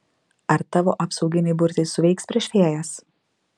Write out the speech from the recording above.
ar tavo apsauginiai burtai suveiks prieš fėjas